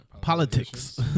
politics